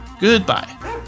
Goodbye